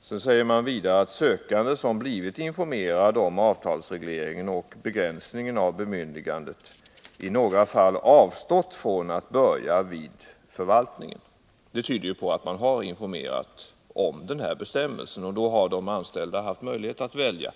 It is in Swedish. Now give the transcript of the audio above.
Sedan säger man att ”sökande, som blivit informerad om avtalsregleringen och begränsningen av bemyndigandet, i några fall avstått från att börja vid förvaltningen”. Det tyder på att man har informerat om bestämmelsen, och då har de anställda haft möjlighet att välja.